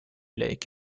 lake